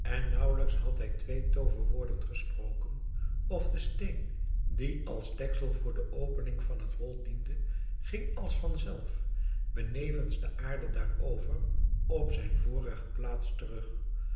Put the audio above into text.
en nauwelijks had hij twee tooverwoorden gesproken of de steen die als deksel voor de opening van het hol diende ging van zelf benevens de aarde daarover op zijn vorige plaats terug